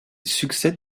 succède